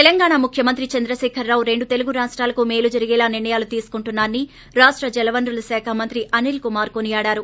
తెలంగాణా ముఖ్యమంత్రి చంద్రశేఖర రావు రెండు తెలుగు రాష్టాలకు మేలు జరిగేలా నిర్ణయాలు తీసుకుంటున్నారని రాష్ట జలవనరుల శాఖ మంత్రి అనిల్కుమార్ కొనియాడారు